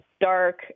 dark